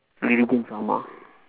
religion drama